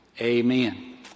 amen